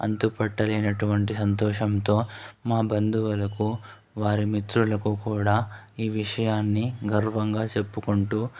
అంతుపట్టలేనటువంటి సంతోషంతో మా బంధువులకు వారి మిత్రులకు కూడా ఈ విషయాన్ని గర్వంగా చెప్పుకుంటూ